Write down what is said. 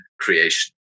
creation